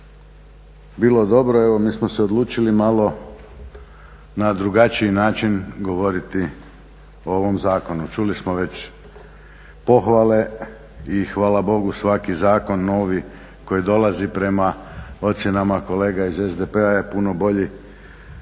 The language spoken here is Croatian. bilo dobro, evo mi smo se odlučili malo na drugačiji način govoriti o ovom zakonu. Čuli smo već pohvale i hvala Bogu svaki zakon novi koji dolazi prema ocjenama kolega iz SDP-a je puno bolji